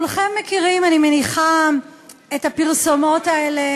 אני מניחה שכולכם מכירים את הפרסומות האלה